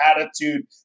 attitude